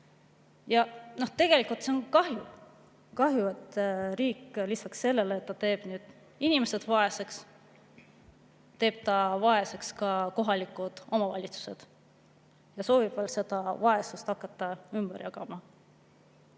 Tegelikult on sellest kahju, et riik lisaks sellele, et ta teeb inimesed vaeseks, teeb ka vaeseks kohalikud omavalitsused ja soovib seda vaesust hakata ümber jagama.